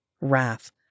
Wrath